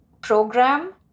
program